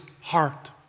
heart